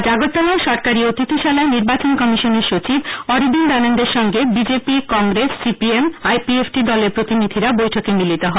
আজ আগরতলায় সরকারী অতিথি শালায় নির্বাচন কমিশনের সচিব অরবিন্দ আনন্দের সঙ্গে বিজেপি কংগ্রেস সিপিএম আইপিএফটি দলের প্রতিনিধিরা বৈঠকে মিলিত হন